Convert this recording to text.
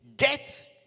Get